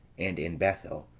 and in bethel,